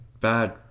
bad